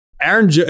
Aaron